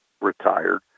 retired